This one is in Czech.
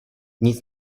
nic